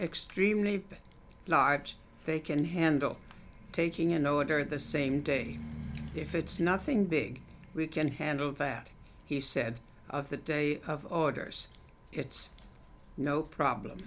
extremely large they can handle taking in order the same day if it's nothing big we can handle that he said of the day of orders it's no problem